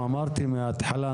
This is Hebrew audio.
אמרתי מהתחלה,